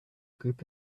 group